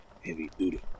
heavy-duty